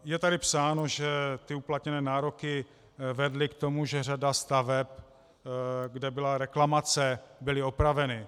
Je tady psáno, že ty uplatněné nároky vedly k tomu, že řada staveb, kde byla reklamace, byla opravena.